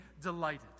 delighted